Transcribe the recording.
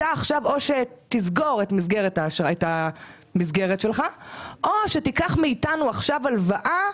עכשיו או שתסגור את המסגרת שלך או שתיקח מאיתנו עכשיו הלוואה,